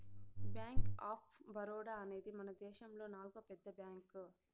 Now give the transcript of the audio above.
bank of Baroda అనేది మనదేశములో నాల్గో పెద్ద బ్యాంక్